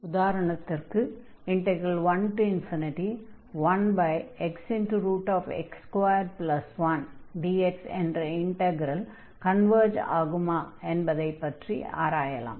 உதாரணத்திற்கு 1dxxx21 என்ற integral converge ஆகுமா என்பதைப் பற்றி ஆராயலாம்